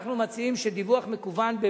אנחנו מציעים שדיווח מקוון,